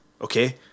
okay